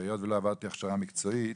והיות ולא עברתי הכשרה מקצועית,